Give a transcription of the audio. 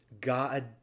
God